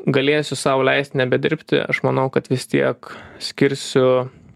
galėsiu sau leist nebedirbti aš manau kad vis tiek skirsiu